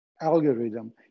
algorithm